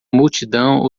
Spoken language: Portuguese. multidão